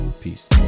Peace